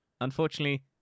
Unfortunately